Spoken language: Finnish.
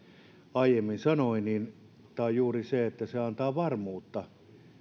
aiemmin sanoi tässä on juuri se että se antaa varmuutta